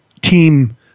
team